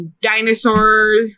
dinosaurs